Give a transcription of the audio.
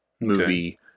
Movie